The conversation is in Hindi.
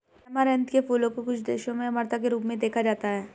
ऐमारैंथ के फूलों को कुछ देशों में अमरता के रूप में देखा जाता है